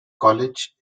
college